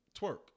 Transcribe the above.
twerk